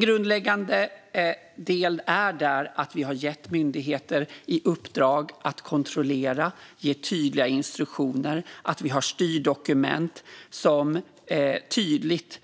Grundläggande är att vi har gett myndigheter i uppdrag att kontrollera och ge tydliga instruktioner och att vi har styrdokument som tydligt